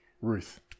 Ruth